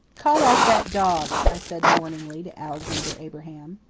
call off that dog, i said warningly to alexander abraham.